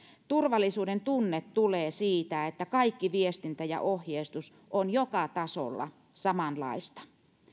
turvallisuuden tunne tulee siitä että kaikki viestintä ja ohjeistus on joka tasolla samanlaista